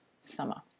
summer